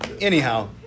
anyhow